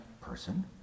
person